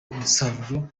umusaruro